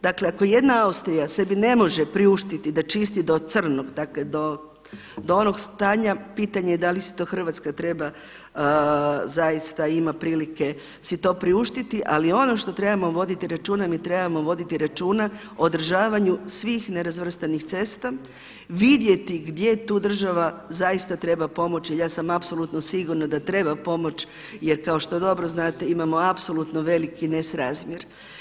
Dakle ako jedna Austrija sebi ne može priuštiti da čisti do crnog dakle do onog stanja, pitanje je da li to Hrvatska treba ima prilike si to priuštiti, ali ono što trebamo voditi računa mi trebamo voditi računa o održavanju svih nerazvrstanih cesta, vidjeti gdje tu država treba pomoći jel ja sam apsolutno sigurna da treba pomoć jer kao što dobro znate imamo apsolutno veliki nesrazmjer.